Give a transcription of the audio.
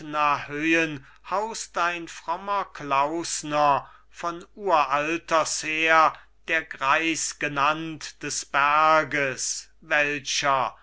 haust ein frommer klausner von uralters her der greis genannt des berges welcher